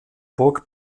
burg